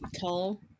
tall